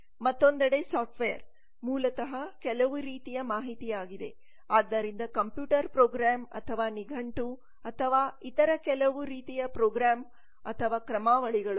ಮತ್ತೊಂದೆಡೆ ಸಾಫ್ಟ್ವೇರ್software ಮೂಲತಃ ಕೆಲವು ರೀತಿಯ ಮಾಹಿತಿಯಾಗಿದೆ ಆದ್ದರಿಂದ ಕಂಪ್ಯೂಟರ್ ಪ್ರೋಗ್ರಾಂ ಅಥವಾ ನಿಘಂಟು ಅಥವಾ ಇತರ ಕೆಲವು ರೀತಿಯ ಪ್ರೋಗ್ರಾಂಗಳು ಅಥವಾ ಕ್ರಮಾವಳಿಗಳು